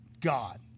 God